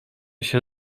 się